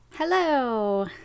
Hello